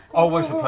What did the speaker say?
always